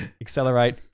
accelerate